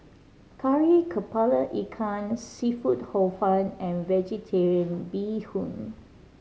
Kari Kepala Ikan seafood Hor Fun and Vegetarian Bee Hoon